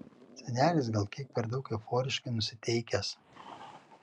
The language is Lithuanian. senelis gal kiek per daug euforiškai nusiteikęs